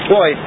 Boy